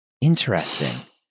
Interesting